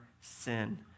sin